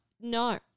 No